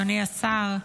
אדוני השר,